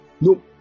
No